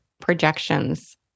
projections